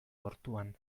ortuan